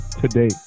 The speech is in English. today